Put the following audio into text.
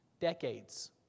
decades